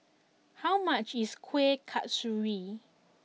how much is Kuih Kasturi